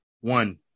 one